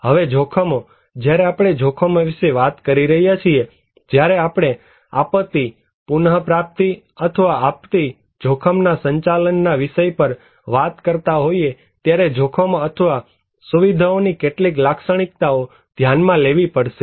હવે જોખમો જ્યારે આપણે જોખમો વિશે વાત કરી રહ્યા છીએ જ્યારે આપણે આપત્તિ પુનઃપ્રાપ્તિ અથવા આપત્તિ જોખમ સંચાલનના વિષય પર વાત કરતા હોઈએ ત્યારે જોખમો અથવા સુવિધાઓની કેટલીક લાક્ષણિકતાઓ ધ્યાનમાં લેવી પડશે